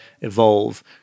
evolve